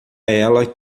ela